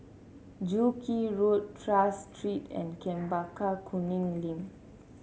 Joo Kee Road Tras Street and Chempaka Kuning Link